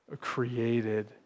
created